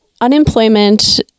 unemployment